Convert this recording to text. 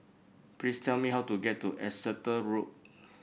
please tell me how to get to Exeter Road